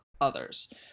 others